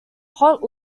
hot